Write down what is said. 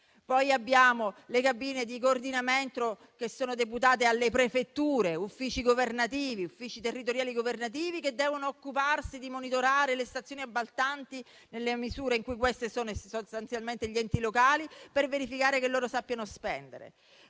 Poi abbiamo le cabine di coordinamento che sono deputate alle prefetture, uffici territoriali governativi che devono occuparsi di monitorare le stazioni appaltanti, nella misura in cui queste sono sostanzialmente gli enti locali, per verificare che sappiano spendere.